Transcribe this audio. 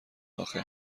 آخه